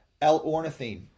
L-ornithine